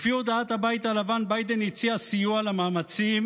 לפי הודעת הבית הלבן ביידן הציע סיוע למאמצים